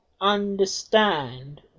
understand